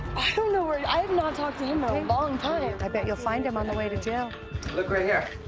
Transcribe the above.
i don't know where i have not talked to him in a long time. i bet you'll find him on the way to jail. dog look right here.